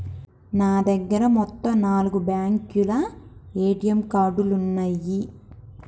నా దగ్గర మొత్తం నాలుగు బ్యేంకుల ఏటీఎం కార్డులున్నయ్యి